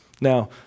Now